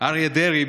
אריה דרעי,